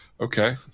Okay